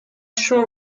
sure